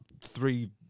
three